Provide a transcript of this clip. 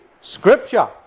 Scripture